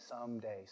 someday